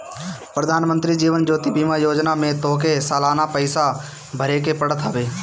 प्रधानमंत्री जीवन ज्योति बीमा योजना में तोहके सलाना पईसा भरेके पड़त हवे